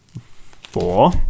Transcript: four